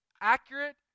accurate